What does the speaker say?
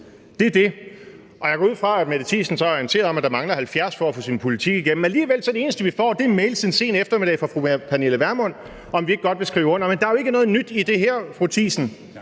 det er det! Og jeg går ud fra, at fru Mette Thiesen så er orienteret om, at der mangler 70 for at få sin politik igennem. Alligevel er det eneste, vi får, mails en sen eftermiddag fra fru Pernille Vermund, om ikke godt vi vil skrive under. Men der er jo ikke noget nyt i det her, fru Mette